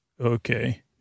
Okay